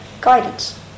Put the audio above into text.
guidance